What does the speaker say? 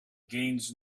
gains